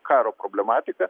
karo problematiką